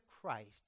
Christ